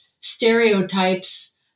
stereotypes